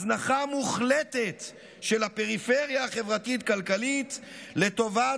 הזנחה מוחלטת של הפריפריה החברתית-כלכלית לטובת